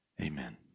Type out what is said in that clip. Amen